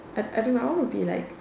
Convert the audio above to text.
I I don't know I want to be like